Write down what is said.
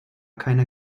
keiner